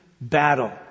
battle